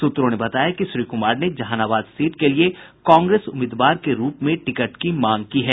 सूत्रों ने बताया कि श्री कुमार ने जहानाबाद सीट के लिये कांग्रेस उम्मीदवार के रूप में टिकट की मांग की है